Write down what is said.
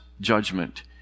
judgment